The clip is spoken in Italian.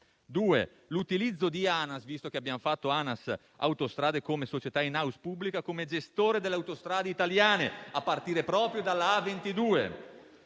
l'utilizzo di ANAS (visto che abbiamo creato ANAS Autostrade come società *in house* pubblica) come gestore delle autostrade italiane, a partire proprio dalla A22.